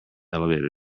elevators